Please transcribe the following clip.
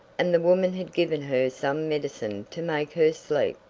and the woman had given her some medicine to make her sleep.